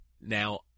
now